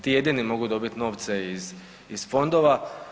Ti jedini mogu dobit novce iz, iz fondova.